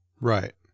Right